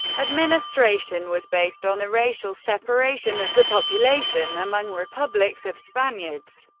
administration was based on the racial separation of the population among republics of spaniards,